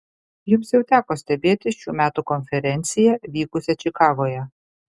jums jau teko stebėti šių metų konferenciją vykusią čikagoje